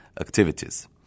activities